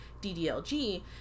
DDLG